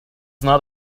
not